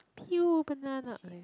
peel banana okay